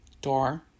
door